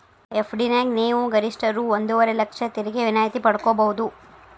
FD ನ್ಯಾಗ ನೇವು ಗರಿಷ್ಠ ರೂ ಒಂದುವರೆ ಲಕ್ಷ ತೆರಿಗೆ ವಿನಾಯಿತಿ ಪಡ್ಕೊಬಹುದು